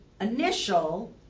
initial